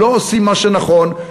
לא עושים מה שנכון,